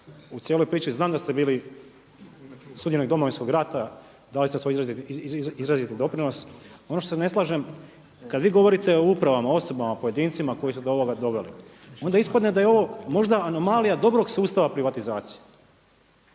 u cijeloj priči, znam da ste bili sudionik Domovinskog rata, dali ste svoji izraziti doprinos, ono što se ne slažem kada vi govorite o upravama, osobama, pojedincima koji su do ovoga doveli onda ispadne da je ovo možda anomalija dobrog sustava privatizacije.